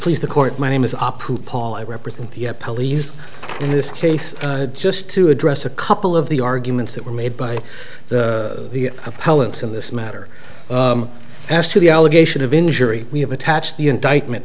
please the court my name is apu paul i represent the police in this case just to address a couple of the arguments that were made by the appellants in this matter as to the allegation of injury we have attached the indictment